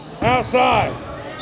outside